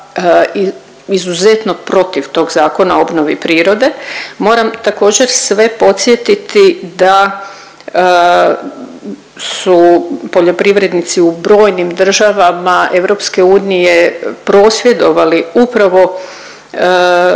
izuzetno protiv tog Zakona o obnovi prirode. Moram također sve podsjetiti da su poljoprivrednici u brojnim državama EU prosvjedovali upravo